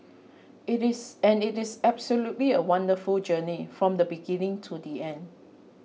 it is and it is absolutely a wonderful journey from the beginning to the end